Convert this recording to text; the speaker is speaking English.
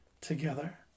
together